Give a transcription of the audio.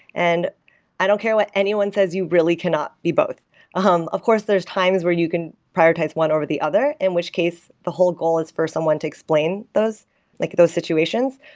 and i don't care what anyone says, you really cannot be both um of course, there is times where you can prioritize one over the other. in which case, the whole goal is for someone to explain those like those situations,